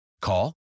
Call